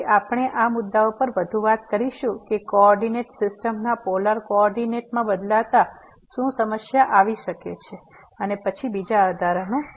તેથી આપણે આ મુદ્દાઓ પર વધુ વાત કરીશું કે કોઓર્ડિનેટ સિસ્ટમ ને પોલાર કોઓર્ડીનેટ માં બદલતા શું સમસ્યા આવી શકે છે અને પછી બીજા ઉદાહરણો